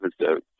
episode